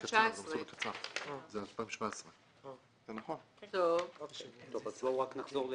30 במאי 2019. למען הסדר, בואו נחזור על